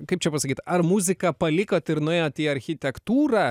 kaip čia pasakyt ar muziką palikot ir nuėjot į architektūrą